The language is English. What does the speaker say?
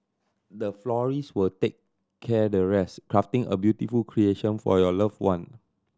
the florist will take care the rest crafting a beautiful creation for your loved one